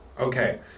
okay